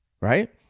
right